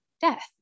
death